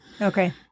Okay